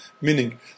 meaning